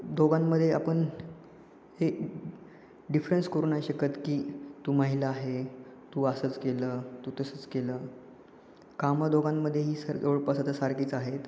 दोघांमध्ये आपण हे डिफरन्स करू नाही शकत की तू महिला आहे तू असंच केलं तू तसंच केलं कामं दोघांमध्येही तर जवळपास आता सारखीच आहेत